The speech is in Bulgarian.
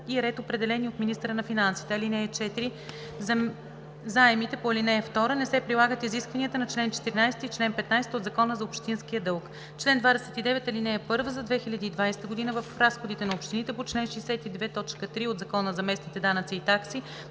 и ред, определени от министъра на финансите. (4) За заемите по ал. 2 не се прилагат изискванията на чл. 14 и чл. 15 от Закона за общинския дълг. Чл. 29. (1) За 2020 г. в разходите на общините по чл. 62, т. 3 от Закона за местните данъци и такси